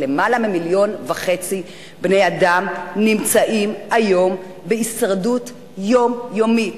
למעלה ממיליון וחצי בני-אדם נמצאים היום בהישרדות יומיומית,